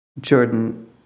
Jordan